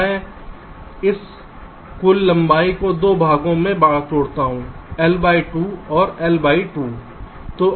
मैं इस कुल लंबाई को 2 भागों में तोड़ता हूं L बाय 2 और L बाय 2